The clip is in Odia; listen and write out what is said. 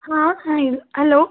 ହଁ କୁଇନ୍ ହ୍ୟାଲୋ